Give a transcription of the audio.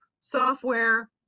software